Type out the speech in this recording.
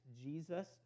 Jesus